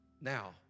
Now